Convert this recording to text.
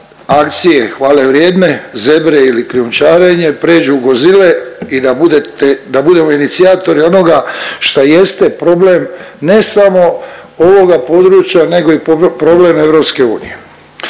akcije hvale vrijedne Zebre ili krijumčarenje pređu Godzile i da budemo inicijatori onoga što jeste problem ne samo ovoga područja nego i problem EU. Također